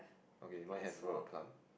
okay mine has a lot of plum